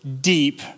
deep